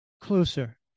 closer